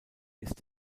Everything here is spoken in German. ist